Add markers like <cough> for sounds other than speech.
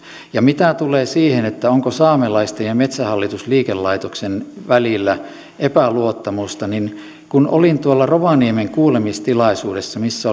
ja mitä tulee siihen onko saamelaisten ja metsähallitus liikelaitoksen välillä epäluottamusta kun olin tuolla rovaniemen kuulemistilaisuudessa missä <unintelligible>